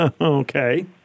Okay